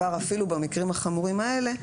אפילו במקרים החמורים האלה,